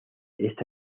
esta